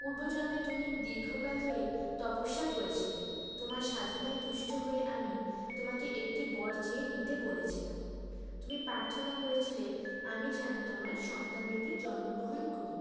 পূর্বজন্মে তুমি দীর্ঘকাল ধরে তপস্যা করেছিলে তোমার সাধনায় তুষ্ট হয়ে আমি তোমাকে একটি বর চেয়ে নিতে বলেছিলাম তুমি প্রার্থনা করেছিলে আমি যেন তোমার সন্তানরূপে জন্মগ্রহণ করি